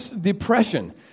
depression